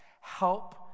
help